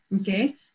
okay